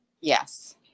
yes